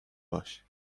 باش